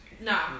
No